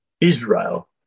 Israel